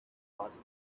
was